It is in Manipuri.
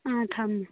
ꯑꯪ ꯊꯝꯃꯦ